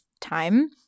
time